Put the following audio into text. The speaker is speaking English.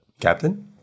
captain